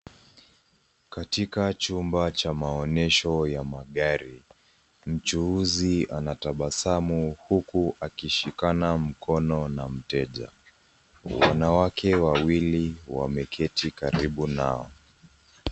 Katika chumba cha maonyesho ya magari. Mchuuzi anatabasamu huku akishikana mkono na mteja. Wanawake wawili wameketi karibu nao.